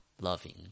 loving